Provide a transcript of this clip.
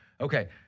Okay